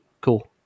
cool